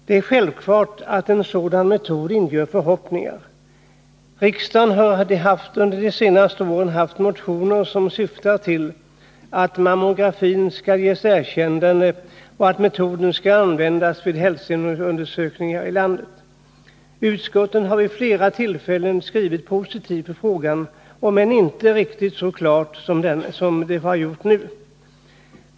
Det är självklart att en sådan metod inger förhoppningar. Riksdagen har under de senaste åren haft motioner som syftat till att mammografin skall ges erkännande och att metoden skall användas vid hälsoundersökningar i landet. Utskottet har vid flera tillfällen skrivit positivt i frågan, om än inte riktigt så klart som vi har gjort nu.